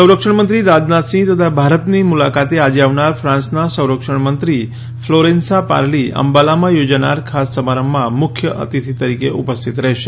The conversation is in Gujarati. સંરક્ષણમંત્રી રાજનાથસિંહ તથા ભારતની મુલાકાતે આજે આવનાર ફાન્સના સંરક્ષણમંત્રી ફ્લોરેન્સા પાર્લી અંબાલામાં યોજાનાર ખાસ સમારંભમાં મુખ્ય અતિથી તરીકે ઉપસ્થિત રહેશે